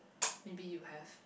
maybe you have